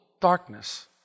darkness